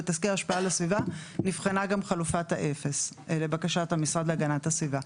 גם בתסקיר השפעה לסביבה נבחנה גם חלופת האפס לבקשת המשרד להגנת הסביבה.